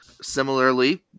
Similarly